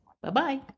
Bye-bye